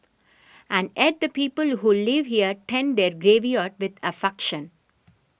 and add the people who live here tend their graveyard with affection